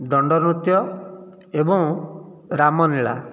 ଦଣ୍ଡ ନୃତ୍ୟ ଏବଂ ରାମଲିଳା